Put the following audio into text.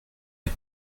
les